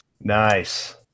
Nice